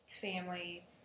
family